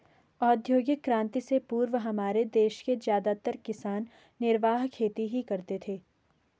औद्योगिक क्रांति से पूर्व हमारे देश के ज्यादातर किसान निर्वाह खेती ही करते थे